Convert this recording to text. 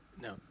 No